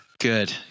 Good